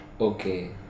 Okay